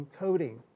encoding